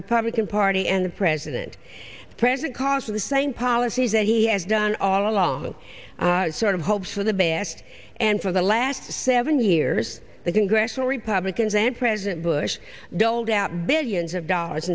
republican party and the president present cost of the same policies as he has done all along sort of hope for the best and for the last seven years the congressional republicans and president bush doled out billions of dollars